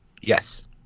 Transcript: Yes